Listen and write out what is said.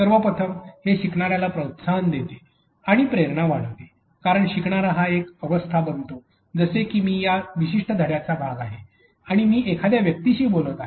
सर्वप्रथम हे शिकणाऱ्याला प्रोत्साहन देते आणि प्रेरणा वाढवते कारण शिकणारा हा एक अवस्था बनतो जसे की मी या विशिष्ट धड्याचा भाग आहे आणि मी एखाद्या व्यक्तीशी बोलत आहे